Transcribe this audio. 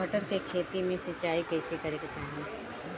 मटर के खेती मे सिचाई कइसे करे के चाही?